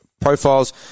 profiles